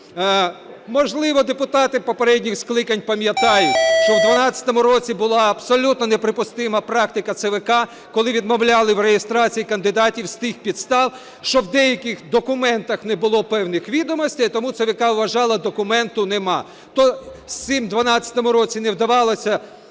Можливо, депутати попередніх скликань пам'ятають, що в 12-му році була абсолютно неприпустима практика ЦВК, коли відмовляли в реєстрації кандидатів з тих підстав, що в деяких документах не було певних відомостей, а тому ЦВК вважало документа нема.